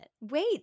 Wait